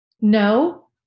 No